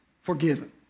forgiven